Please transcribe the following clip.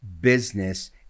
business